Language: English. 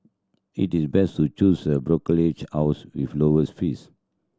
it is best to choose a brokerage house with lowest fees